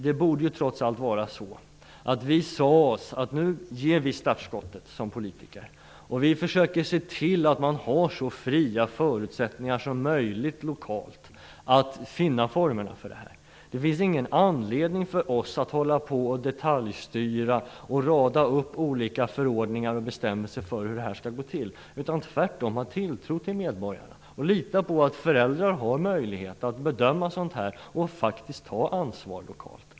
Det borde trots allt vara så att vi sade oss att nu ger vi politiker startskottet och försöker se till att man lokalt har så fria förutsättningar som möjligt att finna formerna för det här. Det finns ingen anledning för oss att hålla på och detaljstyra och rada upp olika förordningar och bestämmelser för hur det här skall gå till. Tvärtom borde vi ha tilltro till medborgarna och lita på att föräldrar har möjlighet att bedöma sådant här och faktiskt ta ansvar lokalt.